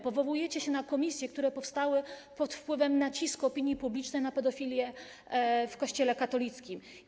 Powołujecie się na komisje, które powstały pod wpływem nacisku opinii publicznej w sprawie pedofilii w Kościele katolickim.